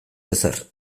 ezer